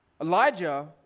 Elijah